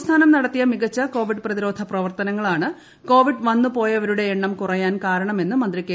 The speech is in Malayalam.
സംസ്ഥാനം നടത്തിയ മികച്ച കോവിഡ് പ്രതിരോധ പ്രവർത്തനങ്ങളാണ് കോവിഡ് വന്നുപോയവരുടെ എണ്ണം കുറയാൻ കാരണമെന്ന് മന്ത്രി കെ